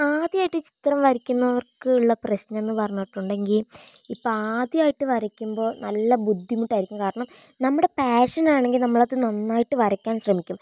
ആദ്യമായിട്ട് ചിത്രം വരയ്ക്കുന്നവർക്ക് ഉള്ള പ്രശ്നം എന്നു പറഞ്ഞിട്ടുണ്ടെങ്കിൽ ഇപ്പോൾ ആദ്യമായിട്ട് വരയ്ക്കുമ്പോൾ നല്ല ബുദ്ധിമുട്ടായിരിക്കും കാരണം നമ്മുടെ പാഷനാണെങ്കിൽ നമ്മളത് നന്നായിട്ട് വരയ്ക്കാൻ ശ്രമിക്കും